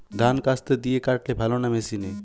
ধান কাস্তে দিয়ে কাটলে ভালো না মেশিনে?